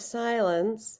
silence